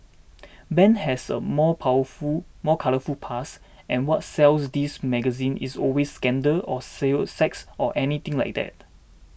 Ben has a more powerful more colourful past and what sells these magazines is always scandal or sell sex or anything like that